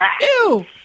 ew